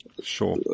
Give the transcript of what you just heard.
Sure